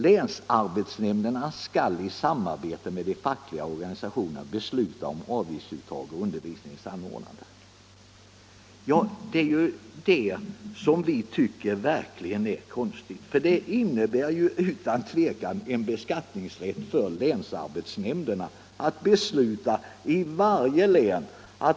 Länsarbetsnämnderna skall i samarbete med de fackliga organisationerna besluta om avgiftsuttag och undervisningens anordnande.” Det är detta som vi tycker verkligen är konstigt, för det innebär utan tvivel en beskattningsrätt för länsarbetsnämnderna i varje län.